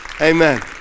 Amen